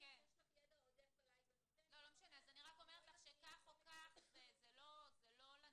ידע עודף עלי בנושא --- אני רק אומרת לך שכך או כך זה לא לנצח.